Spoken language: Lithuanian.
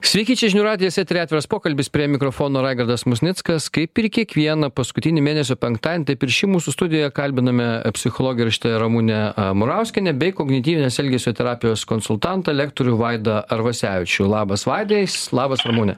sveiki čia žinių radijas eteryje atviras pokalbis prie mikrofono raigardas musnickas kaip ir kiekvieną paskutinį mėnesio penktadienį taip ir šį mūsų studijoje kalbiname psichologę rašytoją ramunę murauskienę bei kognityvinės elgesio terapijos konsultantą lektorių vaidą arvasevičių labas vadai labas ramune